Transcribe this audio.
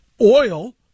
oil